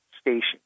station